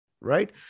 Right